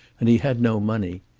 and he had no money.